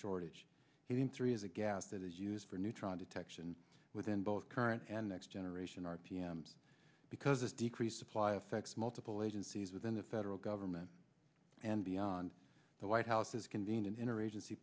shortage hitting three is a gas that is used for neutron detection within both current and next generation r p m because this decreased supply affects multiple agencies within the federal government and beyond the white house has convened an interagency